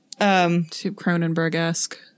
Cronenberg-esque